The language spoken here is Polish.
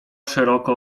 szeroko